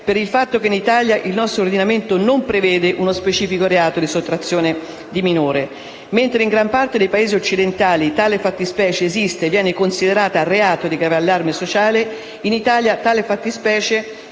per il fatto che in Italia il nostro ordinamento non prevede uno specifico reato di sottrazione di minore. Mentre in gran parte dei Paesi occidentali tale fattispecie esiste e viene considerata reato di grave allarme sociale, in Italia è normata